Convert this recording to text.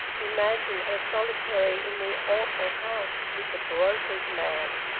imagine her solitary in the awful house with the broker's man!